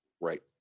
Right